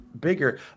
bigger